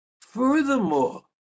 Furthermore